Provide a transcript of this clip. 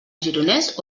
gironès